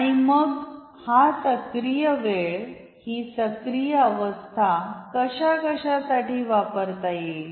आणि मग हा सक्रिय वेळ ही सक्रिय अवस्था कशा कशासाठी वापरता येईल